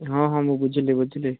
ହଁ ହଁ ମୁଁ ବୁଝିଲି ବୁଝିଲି